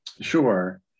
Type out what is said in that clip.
Sure